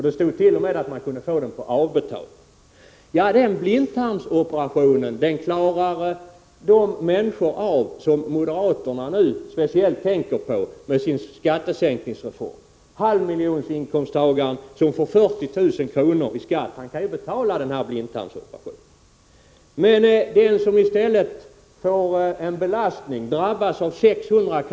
Det stod t.o.m. att man kunde få den på avbetalning. Den blindtarmsoperationen klarar de människor som moderaterna nu speciellt tänker på med sin skattesänkningsreform — halvmiljonsinkomsttagare som får 40 000 i skatt. De kan betala en sådan blindtarmsoperation. Men den som i stället får en belastning, den som drabbas av 600 kr.